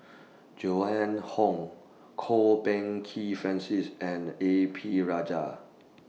Joan Hon Kwok Peng Kin Francis and A P Rajah